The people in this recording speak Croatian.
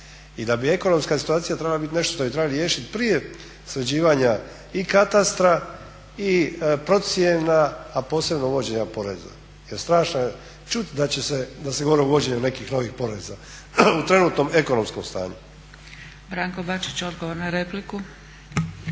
i da bi ekonomska situacija trebala biti nešto što bi trebalo riješiti prije sređivanja i katastra i procjena, a posebno uvođenja poreza. Jer strašno je čut da će se, da se govori o uvođenju nekih novih poreza u trenutnom ekonomskom stanju. **Zgrebec, Dragica (SDP)** Branko Bačić, odgovor na repliku.